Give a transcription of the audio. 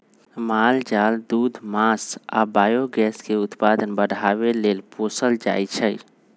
माल जाल दूध मास आ बायोगैस के उत्पादन बढ़ाबे लेल पोसल जाइ छै